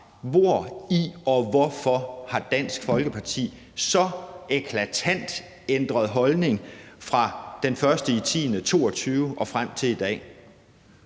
Hvori og hvorfor har Dansk Folkeparti så eklatant ændret holdning fra den 1. oktober 2022 og frem til i dag?